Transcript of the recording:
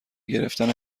گرفتن